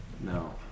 No